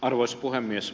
arvoisa puhemies